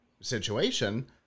situation